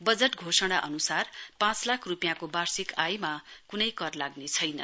budget घोषणा अनुसार पाँच लाख रूपियाँको वार्षिक आयमा कुनै कर लाग्ने छैन